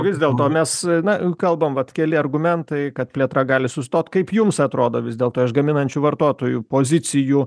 vis dėl to mes na kalbam vat keli argumentai kad plėtra gali sustot kaip jums atrodo vis dėlto aš gaminančių vartotojų pozicijų